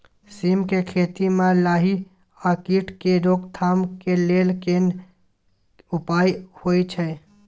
सीम के खेती म लाही आ कीट के रोक थाम के लेल केना उपाय होय छै?